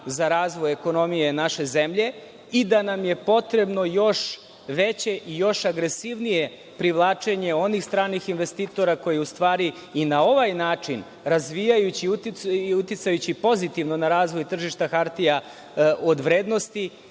za razvoj ekonomije naše zemlje i da nam je potrebno još veće i još agresivnije privlačenje onih stranih investitora koji u stvari i na ovaj način razvijajući i uticajući pozitivno na razvoj tržišta od hartija od vrednosti